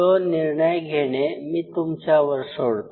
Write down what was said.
तो निर्णय घेणे मी तुमच्यावर सोडतो